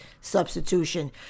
substitution